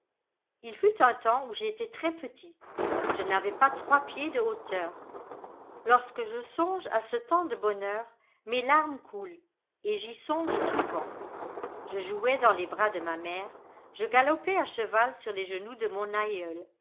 il fut un temps où j'étais très-petit je n'avais pas trois pieds de hauteur lorsque je songe à ce temps de bonheur mes larmes coulent et j'y songe souvent je jouais dans les bras de ma mère je galopais à cheval sur les genoux de mon aïeul